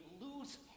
lose